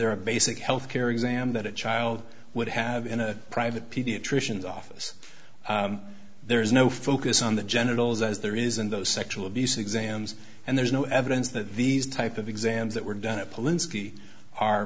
there are basic health care exam that a child would have in a private pediatrician's office there is no focus on the genitals as there is in those sexual abuse exams and there's no evidence that these type of exams that were done it